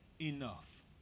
enough